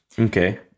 Okay